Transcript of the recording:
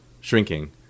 shrinking